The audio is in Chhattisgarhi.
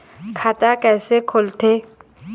खाता कइसे खोलथें?